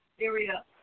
area